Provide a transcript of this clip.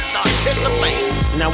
Now